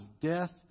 death